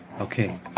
Okay